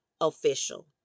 official